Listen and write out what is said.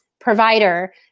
provider